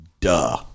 duh